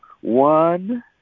One